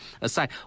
aside